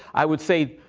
i would say,